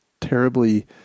terribly